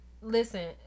listen